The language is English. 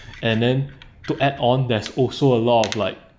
and then to add on there's also a lot of like